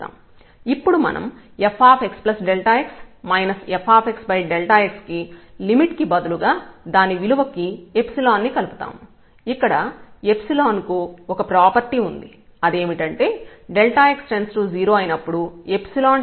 ఇప్పుడు మనం fxx fx కి లిమిట్ కి బదులుగా దాని విలువ కి ϵ ని కలుపుతాము ఇక్కడ ϵ కు ఒక ప్రాపర్టీ ఉంది అదేమిటంటే x→0 అయినప్పుడు →0 అవుతుంది